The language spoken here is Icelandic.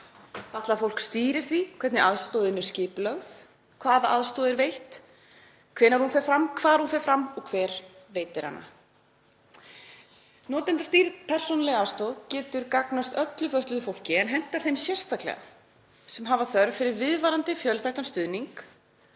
Fatlað fólk stýrir því hvernig aðstoðin er skipulögð, hvaða aðstoð er veitt, hvenær hún fer fram, hvar hún fer fram og hver veitir hana. Notendastýrð persónuleg aðstoð getur gagnast öllu fötluðu fólki en hentar þeim sérstaklega sem hafa þörf fyrir viðvarandi fjölþættan stuðning